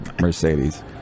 Mercedes